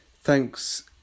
Thanks